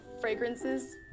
fragrances